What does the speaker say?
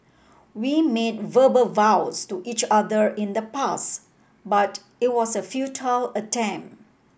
we made verbal vows to each other in the past but it was a futile attempt